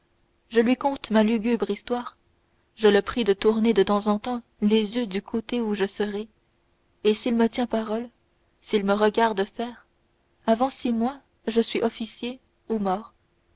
je lui conte ma lugubre histoire je le prie de tourner de temps en temps les yeux du côté où je serai et s'il me tient parole s'il me regarde faire avant six mois je suis officier ou mort